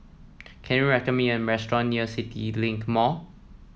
can you recommend me a restaurant near CityLink Mall